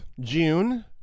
June